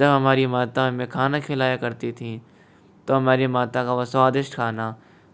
जब हमारी माता हमें खाना खिलाया करती थी तो हमारी माता का वह स्वादिष्ट खाना